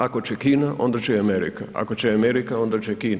Ako će Kina, onda će i Amerika, ako će Amerika, onda će Kina.